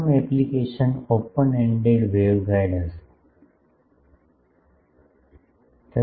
પ્રથમ application open ended waveguide હશે